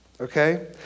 okay